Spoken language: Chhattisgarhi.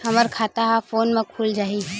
हमर खाता ह फोन मा खुल जाही?